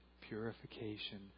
purification